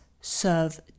serve